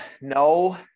no